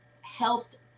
helped